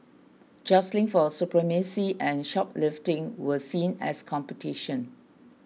jostling for supremacy and shoplifting were seen as competition